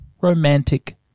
romantic